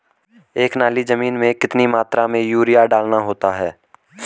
एक नाली जमीन में कितनी मात्रा में यूरिया डालना होता है?